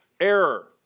error